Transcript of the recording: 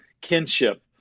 kinship